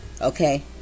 okay